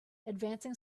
advancing